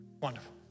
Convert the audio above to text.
Wonderful